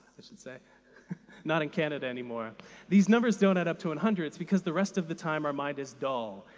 i should say not in canada anymore these numbers don't add up to one and hundred. it's because the rest of the time, our mind is dull,